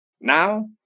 Now